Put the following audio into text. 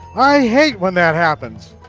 i hate when that happens.